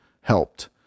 helped